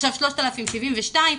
עכשיו 3,072,